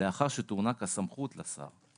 לאחר שתוענק הסמכות לשר.